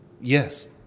Yes